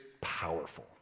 powerful